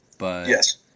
Yes